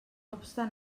obstant